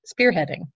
spearheading